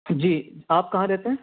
جی آپ کہاں رہتے ہیں